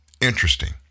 Interesting